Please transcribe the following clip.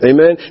Amen